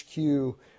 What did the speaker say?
HQ